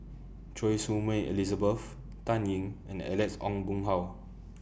Choy Su Moi Elizabeth Dan Ying and Alex Ong Boon Hau